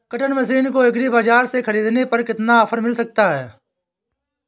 Cutter machine को agri बाजार से ख़रीदने पर कितना ऑफर मिल सकता है?